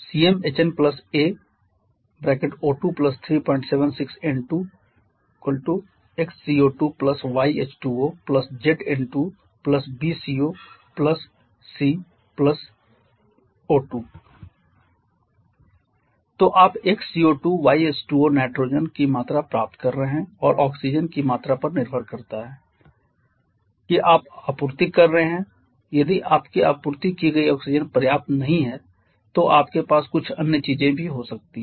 CmHn a O2 376 N2 🡪 x CO2 y H2O z N2 b CO C O2 तो आप x CO2 y H2O nitrogen की मात्रा प्राप्त कर रहे हैं और ऑक्सीजन की मात्रा पर निर्भर करता है कि आप आपूर्ति कर रहे हैं यदि आपकी आपूर्ति की गई ऑक्सीजन पर्याप्त नहीं है तो आपके पास कुछ अन्य चीजें भी हो सकती हैं